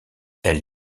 elle